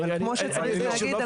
אבל כמו שצריך להגיד,